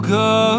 go